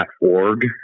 org